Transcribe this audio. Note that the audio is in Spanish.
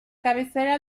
cabecera